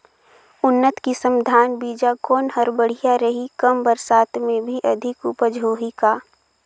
उन्नत किसम धान बीजा कौन हर बढ़िया रही? कम बरसात मे भी अधिक उपज होही का?